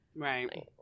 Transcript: right